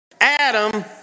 Adam